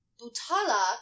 Butala